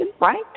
right